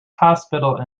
hospital